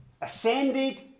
ascended